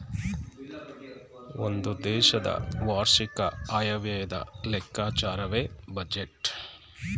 ಒಂದು ದೇಶದ ವಾರ್ಷಿಕ ಆಯವ್ಯಯದ ಲೆಕ್ಕಾಚಾರವೇ ಬಜೆಟ್